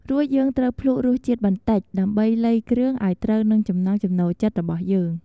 រួចយើងត្រូវភ្លក់រសជាតិបន្តិចដើម្បីលៃគ្រឿងឲ្យត្រូវនឹងចំណង់ចំណូលចិត្តរបស់យើង។